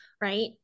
right